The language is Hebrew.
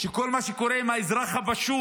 עם כל מה שקורה עם האזרח הפשוט,